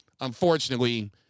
Unfortunately